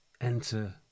enter